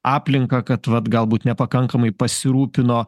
aplinką kad vat galbūt nepakankamai pasirūpino